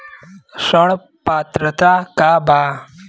ऋण पात्रता का बा?